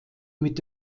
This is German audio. mit